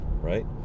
Right